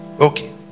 okay